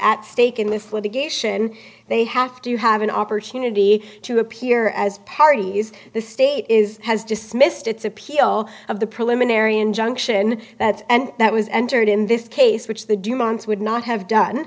at stake in this litigation they have to have an opportunity to appear as parties the state is has dismissed its appeal of the preliminary injunction that and that was entered in this case which the demands would not have done